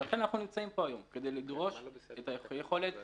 ולכן אנחנו נמצאים פה היום כדי לדרוש את היכולת של